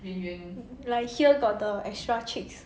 like here got the extra cheeks